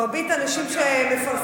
מרבית הנשים שמפרסמות,